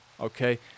okay